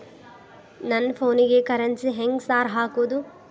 ನನ್ ಫೋನಿಗೆ ಕರೆನ್ಸಿ ಹೆಂಗ್ ಸಾರ್ ಹಾಕೋದ್?